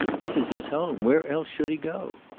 this is his home. where else should he go?